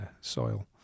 soil